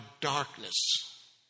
darkness